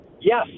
Yes